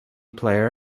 player